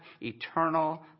eternal